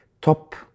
top